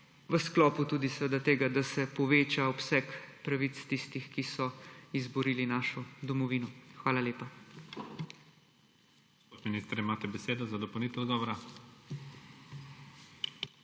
v sklopu tudi tega, da se poveča obseg pravic tistih, ki so izborili našo domovino. Hvala lepa.